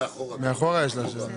מאחורה יש לך שם.